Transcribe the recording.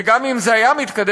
וגם אם זה היה מתקדם,